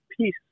Peace